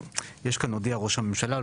יש כאן הודיע ראש הממשלה,